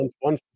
one